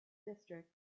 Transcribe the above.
districts